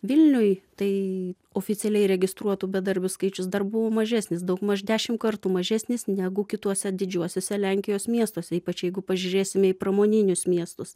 vilniuj tai oficialiai registruotų bedarbių skaičius dar buvo mažesnis daugmaž dešim kartų mažesnis negu kituose didžiuosiuose lenkijos miestuose ypač jeigu pažiūrėsime į pramoninius miestus